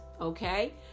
okay